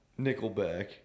Nickelback